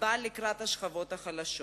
הבאה לקראת השכבות החלשות.